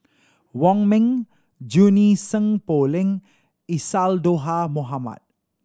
Wong Ming Junie Sng Poh Leng Isadhora Mohamed